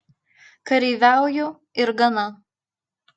kareiviauju ir gana